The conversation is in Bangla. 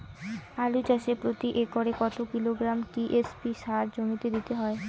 আলু চাষে প্রতি একরে কত কিলোগ্রাম টি.এস.পি সার জমিতে দিতে হয়?